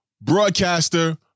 broadcaster